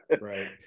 Right